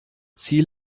ziel